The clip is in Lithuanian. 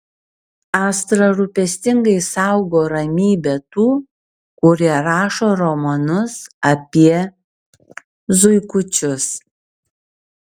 astra rūpestingai saugo ramybę tų kurie rašo romanus apie zuikučius